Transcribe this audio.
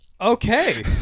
Okay